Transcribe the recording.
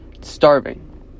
starving